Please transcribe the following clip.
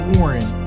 Warren